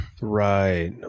Right